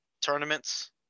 tournaments